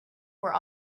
were